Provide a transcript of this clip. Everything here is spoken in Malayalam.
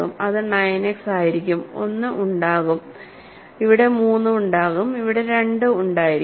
അത് 9 എക്സ് ആയിരിക്കും ഒന്ന് ഉണ്ടാകും ഇവിടെ 3 ഉണ്ടാകും ഇവിടെ 2 ഉണ്ടായിരിക്കും